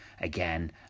Again